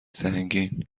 سنگین